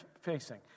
facing